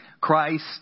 Christ